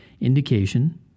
indication